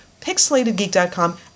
pixelatedgeek.com